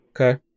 Okay